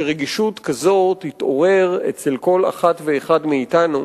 שרגישות כזאת תתעורר אצל כל אחד ואחד מאתנו,